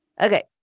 Okay